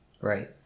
Right